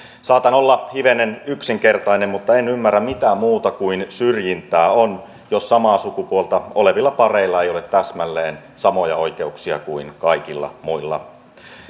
saatan olla hivenen yksinkertainen mutta en ymmärrä mitä muuta kuin syrjintää on se jos samaa sukupuolta olevilla pareilla ei ole täsmälleen samoja oikeuksia kuin kaikilla muilla